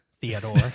Theodore